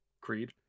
Creed